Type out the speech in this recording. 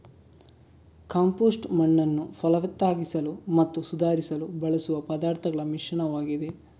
compost ಮಣ್ಣನ್ನು ಫಲವತ್ತಾಗಿಸಲು ಮತ್ತು ಸುಧಾರಿಸಲು ಬಳಸುವ ಪದಾರ್ಥಗಳ ಮಿಶ್ರಣವಾಗಿದೆ